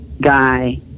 guy